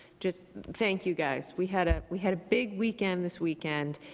just thank you, guys. we had ah we had a big weekend this weekend,